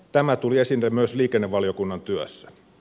tämä tuli esille myös liikennevaliokunnan työssä